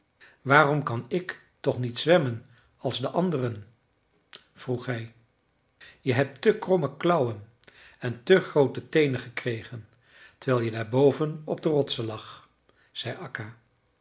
waarom kan ik toch niet zwemmen als de anderen vroeg hij je hebt te kromme klauwen en te groote teenen gekregen terwijl je daar boven op de rotsen lag zei